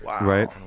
right